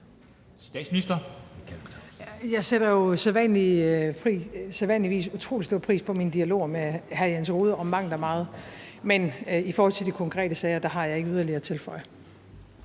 Frederiksen): Jeg sætter jo sædvanligvis utrolig stor pris på mine dialoger med hr. Jens Rohde om mangt og meget, men i forhold til de konkrete sager har jeg ikke yderligere at tilføje.